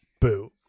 Boo